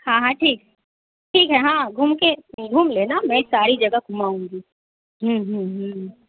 हाँ हाँ ठीक ठीक है हाँ घूमके घूम लेना मैं सारी जगह घूमाऊँगी